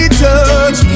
touch